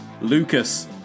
lucas